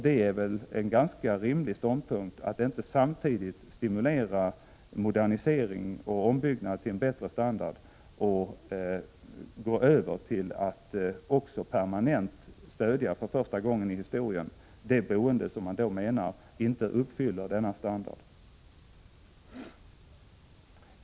Det är väl en ganska rimlig ståndpunkt att man inte samtidigt stimulerar modernisering och ombyggnad till en bättre standard och går över till att permanent stödja, för första gången i historien, det boende som inte anses uppfylla denna standard.